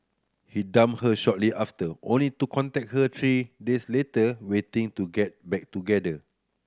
he dumped her shortly after only to contact her three days later waiting to get back together